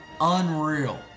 Unreal